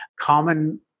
common